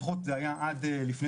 לפחות זה היה עד שבועיים,